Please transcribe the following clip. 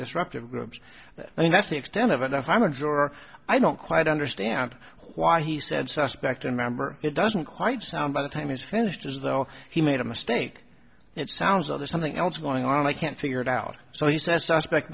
disruptive groups i mean that's the extent of it i'm a juror i don't quite understand why he said suspect remember it doesn't quite sound by the time he's finished as though he made a mistake it sounds rather something else going on i can't figure it out so he says aspect